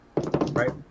Right